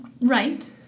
Right